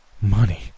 Money